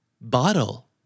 Bottle